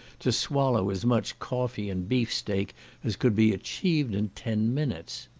to swallow as much coffee and beef-steak as could be achieved in ten minutes.